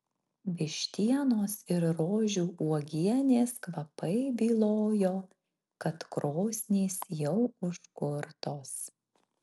vištienos ir rožių uogienės kvapai bylojo kad krosnys jau užkurtos